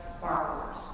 borrowers